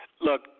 Look